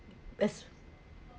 let's